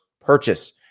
purchase